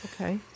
okay